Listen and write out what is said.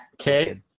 Okay